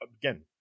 again